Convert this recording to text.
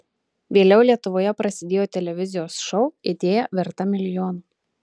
vėliau lietuvoje prasidėjo televizijos šou idėja verta milijono